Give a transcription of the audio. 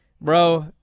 Bro